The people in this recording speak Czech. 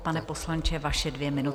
Pane poslanče, vaše dvě minuty.